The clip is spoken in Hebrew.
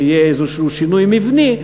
שיהיה איזהשהו שינוי מבני,